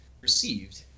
received